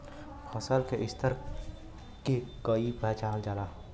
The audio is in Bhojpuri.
फसल के स्तर के कइसी पहचानल जाला